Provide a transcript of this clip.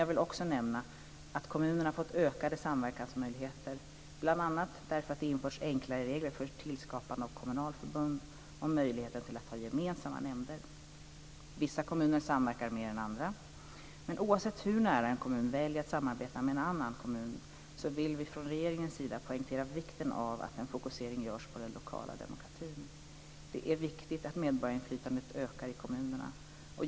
Jag vill också nämna att kommuner fått ökade samverkansmöjligheter, bl.a. därför att det införts enklare regler för tillskapande av kommunalförbund och möjligheten till att ha gemensamma nämnder. Vissa kommuner samverkar mer än andra. Oavsett hur nära en kommun väljer att samarbeta med en annan kommun vill vi från regeringens sida poängtera vikten av att en fokusering görs på den lokala demokratin. Det är viktigt att medborgarinflytandet ökar i kommunerna.